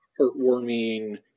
heartwarming